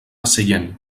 sellent